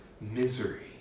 misery